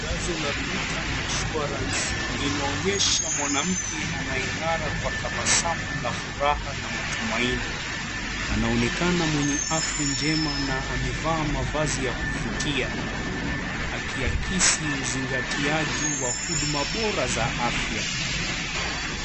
Tangazo la Britam Insurance linaonyesha mwanamke anayeng'ara kwa tabasamu ya furaha na matumaini anaonekana mwenye afya njema na amevaa mavazi ya kuvutia akiakisi uzingatiaji wa huduma bora za afya.